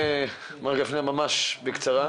מר גפנר, ממש בקצרה.